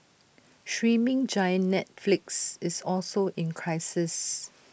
streaming giant Netflix is also in crisis